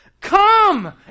Come